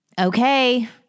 Okay